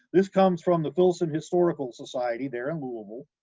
this comes from the filson historical society there in louisville,